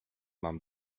mam